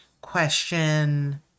question